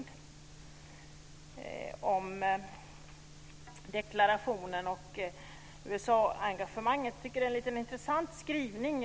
Det gäller deklarationen och USA-engagemanget. Det är en ganska intressant skrivning.